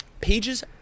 pages